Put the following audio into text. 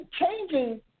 changing